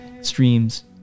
streams